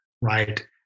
right